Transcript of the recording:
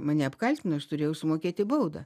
mane apkaltino aš turėjau sumokėti baudą